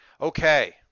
Okay